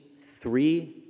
three